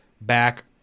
back